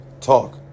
talk